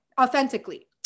authentically